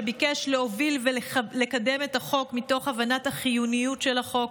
שביקש להוביל ולקדם את החוק מתוך הבנת החיוניות של החוק.